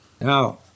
Now